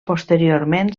posteriorment